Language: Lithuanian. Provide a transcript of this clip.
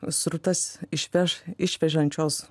srutas išveš išvežančios